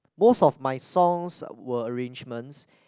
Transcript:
most of my songs were arrangements